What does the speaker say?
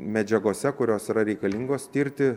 medžiagose kurios yra reikalingos tirti